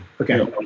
okay